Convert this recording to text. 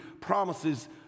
promises